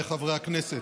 סליחה.